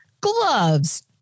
gloves